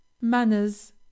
Manners